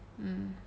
mm